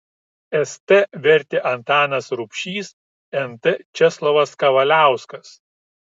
st vertė antanas rubšys nt česlovas kavaliauskas